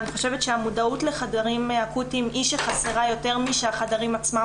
אני חושבת שהמודעות לחדרים אקוטיים היא שחסרה יותר משהחדרים עצמם